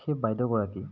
সেই বাইদেউগৰাকী